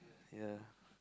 ya